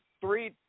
three